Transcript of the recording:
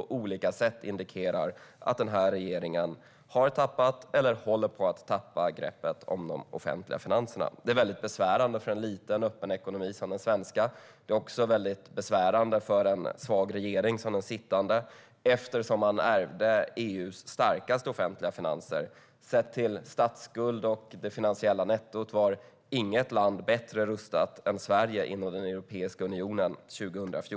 Detta indikerar på olika sätt att regeringen har tappat eller håller på att tappa greppet om de offentliga finanserna. Det är väldigt besvärande för en liten, öppen ekonomi som den svenska. Det är också väldigt besvärande för en svag regering, som den sittande, eftersom man ärvde EU:s starkaste offentliga finanser. Sett till statsskulden och det finansiella nettot var inget land inom Europeiska unionen bättre rustat än Sverige